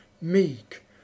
meek